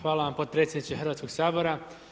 Hvala vam potpredsjedniče Hrvatskog sabora.